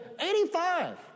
85